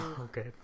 Okay